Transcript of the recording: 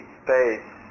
space